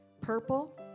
Purple